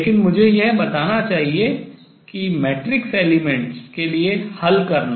लेकिन मुझे यह बताना चाहिए कि matrix elements मैट्रिक्स अवयवों के लिए हल करना